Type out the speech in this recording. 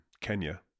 Kenya